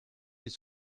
ils